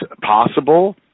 possible